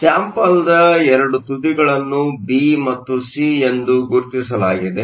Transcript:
ಸ್ಯಾಂಪಲ್ನ 2 ತುದಿಗಳನ್ನು ಬಿ ಮತ್ತು ಸಿ ಎಂದು ಗುರುತಿಸಲಾಗಿದೆ